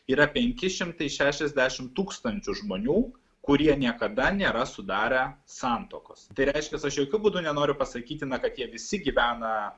yra penki šimtai šešiasdešimt tūkstančių žmonių kurie niekada nėra sudarę santuokos tai reiškia aš jokiu būdu nenoriu pasakyti na kad jie visi gyvena